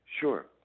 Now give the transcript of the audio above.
Sure